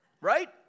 Right